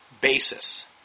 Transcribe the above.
basis